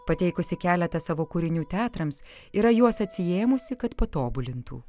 pateikusi keletą savo kūrinių teatrams yra juos atsiėmusi kad patobulintų